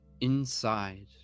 inside